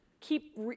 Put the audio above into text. keep